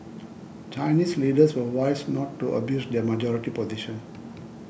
Chinese leaders were wise not to abuse their majority position